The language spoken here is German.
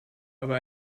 aber